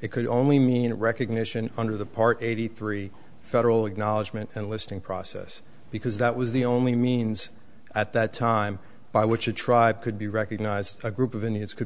it could only mean recognition under the eighty three federal acknowledgment and listing process because that was the only means at that time by which a tribe could be recognized as a group of any as could